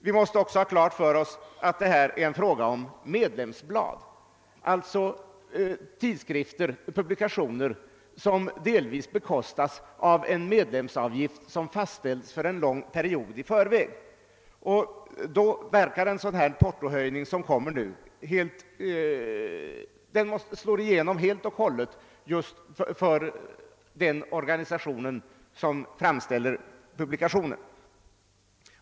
Vi skall också ha klart för oss att det här gäller medlemsblad, alltså tidskrifter och publikationer, vilka delvis bekostas av en medlemsavgift, som i förväg fastställes att gälla för en lång period. Då slår en portohöjning som den na igenom helt och hållet för den organisation som framställer en sådan publikation.